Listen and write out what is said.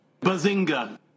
Bazinga